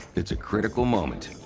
it's a critical moment.